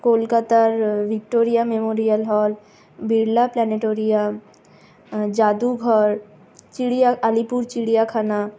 কলকাতার Victoria memorial hall Birla planetarium যাদুঘর চিড়িয়া আলিপুর চিড়িয়াখানা